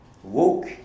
woke